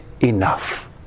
enough